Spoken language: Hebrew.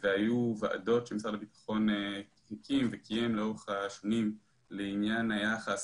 היו ועדות שמשרד הביטחון הקים וקיים לאורך השנים לעניין היחס